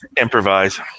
improvise